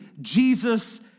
Jesus